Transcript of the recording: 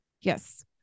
Yes